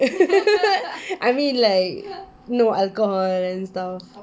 I mean like no alcohol and stuff